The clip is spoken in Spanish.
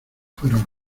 fueron